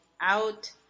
Out